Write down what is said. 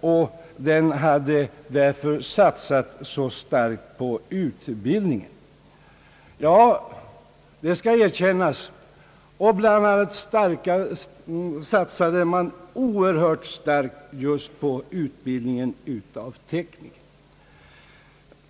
som behövdes och därför satsat starkt på utbildningen. Ja, det skall erkännas. Man satsade bl.a. oerhört starkt just på utbildningen av tekniker.